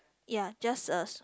ya just a